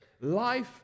life